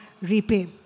repay